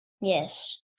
Yes